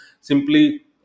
simply